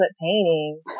painting